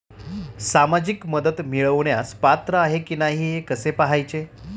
सामाजिक मदत मिळवण्यास पात्र आहे की नाही हे कसे पाहायचे?